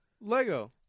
Lego